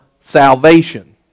salvation